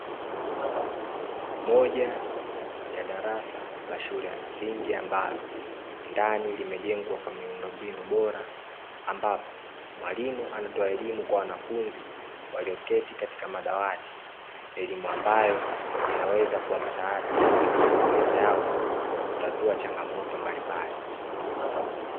Moja ya darasa la shule ya msingi ambalo ndani limejengwa kwa miundombinu bora ambapo mwalimu anatoa elimu kwa wanafunzi walioketi katika madawati, elimu ambayo inaweza kuwa msaada katika mazingira yao kwa kutatua changamoto mbalimbali.